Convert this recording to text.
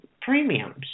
premiums